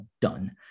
done